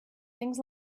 things